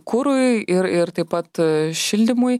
kurui ir ir taip pat šildymui